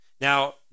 Now